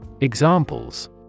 Examples